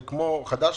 זה כמו להנפיק חדש?